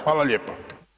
Hvala lijepa.